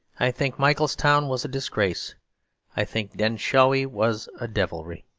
i think mitchelstown was a disgrace i think denshawi was a devilry.